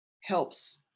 helps